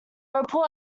report